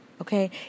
Okay